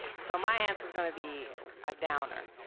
so my answer's going to be a downer.